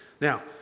Now